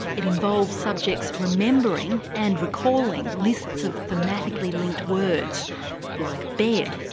it involves subjects remembering and recalling lists of thematically linked words like bed,